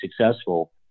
successful